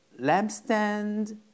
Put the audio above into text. lampstand